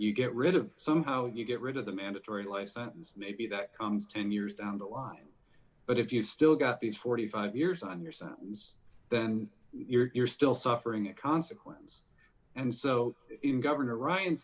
you get rid of some how you get rid of the mandatory life sentence maybe that comes ten years down the line but if you still got these forty five years on your sentence then you're still suffering a consequence and so in governor ryan